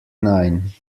nine